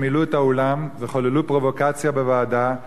הם מילאו את האולם וחוללו פרובוקציה בוועדה,